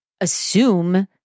assume